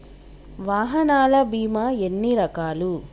వాహనాల బీమా ఎన్ని రకాలు?